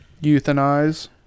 Euthanize